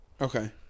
Okay